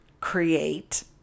create